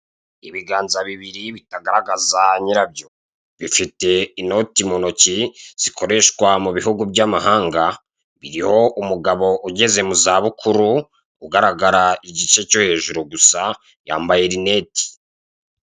Ibiganza bibiri bitagaragaza nyirabyo, bifite inoti mu ntoki zikoreshwa mu bihugu by'amahanga. Biriho umugabo ugeze mu za bukuru ugaragaza igice cya ruguru gusa, yambaye lineti.